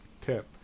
tip